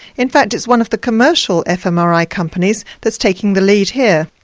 in fact it's one of the commercial fmri companies that's taking the lead here.